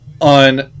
on